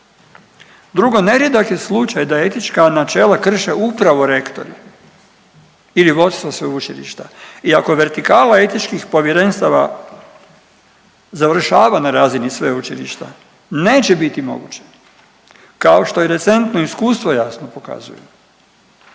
Drugo, nerijedak je slučaj da etička načela krše upravo rektori ili vodstvo sveučilišta i ako vertikala etičkih povjerenstava završava na razini sveučilišta neće biti moguće kao što i recentno iskustvo jasno pokazuje,